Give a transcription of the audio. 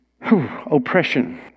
Oppression